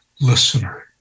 listener